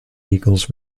eagles